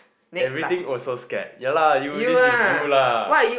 every thing also scared ya lah you this is you lah